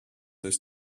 does